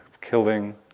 killing